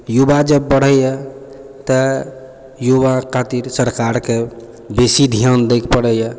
युवा जब बढै यऽ तऽ युवा खातिर सरकारके बेसी ध्यान दै पड़ै यऽ